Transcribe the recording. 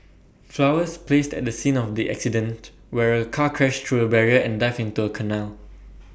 flowers placed at the scene the accident where A car crashed through A barrier and dived into A canal